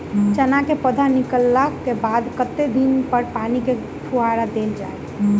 चना केँ पौधा निकलला केँ बाद कत्ते दिन पर पानि केँ फुहार देल जाएँ?